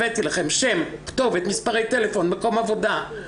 הבאתי לכם שם, כתובת, מספרי טלפון, מקום עבודה.